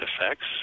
effects